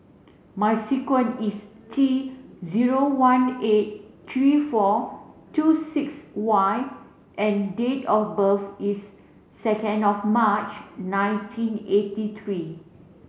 my sequence is T zero one eight three four two six Y and date of birth is second of March nineteen eighty three